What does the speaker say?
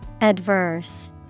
Adverse